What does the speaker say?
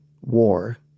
war